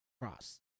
cross